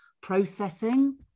processing